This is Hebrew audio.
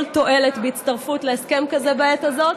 תועלת בהצטרפות להסכם כזה בעת הזאת.